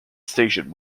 station